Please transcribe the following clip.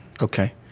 Okay